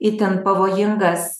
itin pavojingas